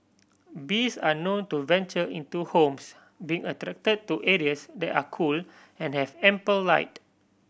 bees are known to venture into homes being attract to areas that are cool and have ample light